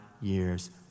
years